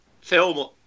film